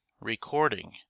Recording